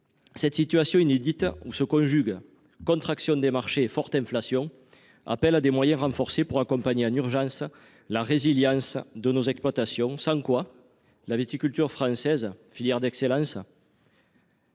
Cette situation inédite, qui conjugue contraction des marchés et forte inflation, appelle à renforcer les moyens pour accompagner en urgence la résilience de nos exploitations. À défaut, la viticulture française, filière d’excellence